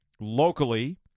Locally